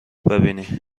ببینی